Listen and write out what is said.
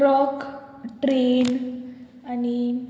truck train आनी